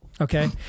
Okay